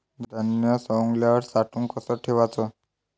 धान्य सवंगल्यावर साठवून कस ठेवाच?